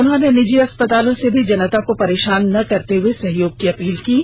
उन्होंने निजी अस्पतालों से भी जनता को परेशान न करते हुए सहयोग करेन की अपील की है